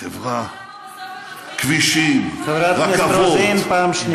חברה, אתה לא עונה, למה בסוף הם מצביעים